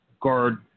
guard